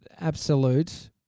absolute